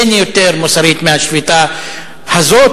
אין יותר מוסרית מהשביתה הזאת,